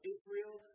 Israel